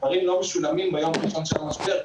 הדברים לא משולמים ביום הראשון של המשבר,